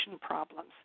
problems